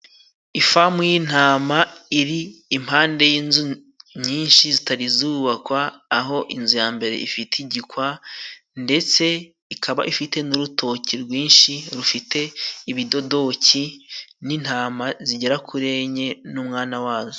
Ifamu y'intama iri impande y'inzu nyinshi zitari zubakwa aho inzu ya mbere ifite igikwa ndetse ikaba ifite n'urutoki rwinshi rufite ibidodoki n'intama zigera kuri enye n'umwana wazo.